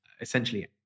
essentially